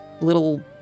little